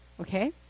Okay